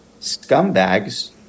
scumbags